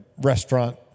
restaurant